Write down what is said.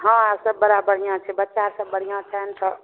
हँ आ सब बड़ा बढ़िआँ छनि बच्चा आर सब बढ़िआँ छनि तऽ